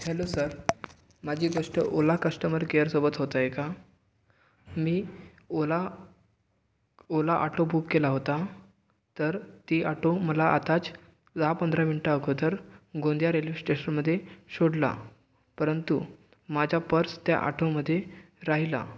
hello sir माझी गोष्ट Ola customer केअरसोबत होत आहे का मी ओला ओला आटो बुक केला होता तर ती आटो मला आताच दहा पंधरा मिनटांअगोदर गोंदिया रेल्वे स्टेशनमध्ये सोडला परंतु माझा पर्स त्या आटोमध्ये राहिला